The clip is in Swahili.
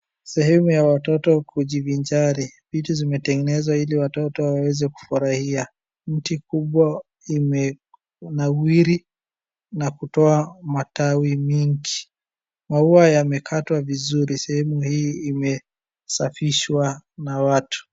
Sehemu ya watoto ya kujivinjari vitu vimewekwa ili watoto waweze kufurahia. Mti kubwa inawiri na kutoa matawi mingi, maua yamekatwa vizuri. Sehemu hii imesafishwa na watu.